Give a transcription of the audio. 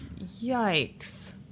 Yikes